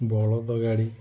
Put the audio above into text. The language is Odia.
ବଳଦ ଗାଡ଼ି